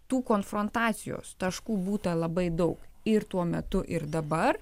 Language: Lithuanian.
tų konfrontacijos taškų būta labai daug ir tuo metu ir dabar